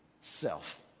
self